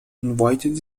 invited